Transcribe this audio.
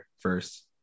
first